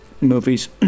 movies